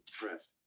Press